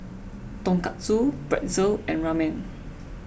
Tonkatsu Pretzel and Ramen